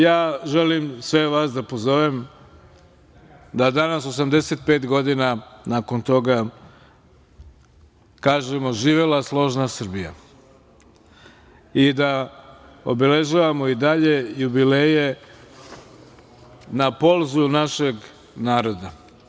Ja želim sve vas da pozovem da danas 85 godina nakon toga kažemo - živela složna Srbija i da obeležavamo i dalje jubileje na polzu našeg naroda.